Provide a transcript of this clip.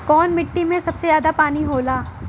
कौन मिट्टी मे सबसे ज्यादा पानी होला?